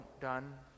done